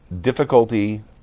difficulty